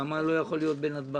למה היא לא יכולה להיות בנתב"ג.